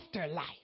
afterlife